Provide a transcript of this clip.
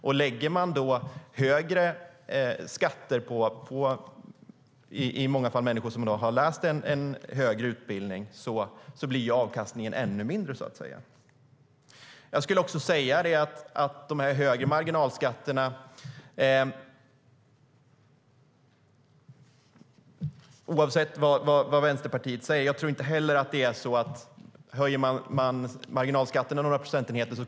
Om man lägger högre skatter på människor som i många fall har läst en högre utbildning blir avkastningen ännu mindre. Oavsett vad Vänsterpartiet säger tror inte heller jag att en massa människor kommer att fly landet om man höjer marginalskatterna med några procentenheter.